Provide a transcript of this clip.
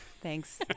Thanks